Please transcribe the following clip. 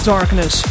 Darkness